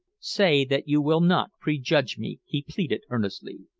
say that you will not prejudge me, he pleaded earnestly.